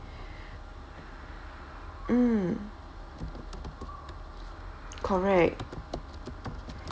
mm correct